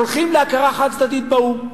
הולכים להכרה חד-צדדית באו"ם.